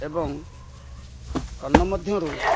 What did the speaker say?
ଏବଂ ତନ୍ନମଧ୍ୟରୁ